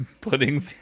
putting